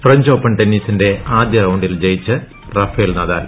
French Open ടെന്നീസിന്റെ ആദ്യ റൌണ്ടിൽ ജയിച്ച് റഫേൽ നദാൽ